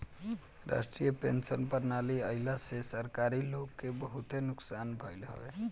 राष्ट्रीय पेंशन प्रणाली आईला से सरकारी लोग के बहुते नुकसान भईल हवे